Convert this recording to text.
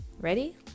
Ready